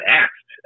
asked